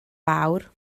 fawr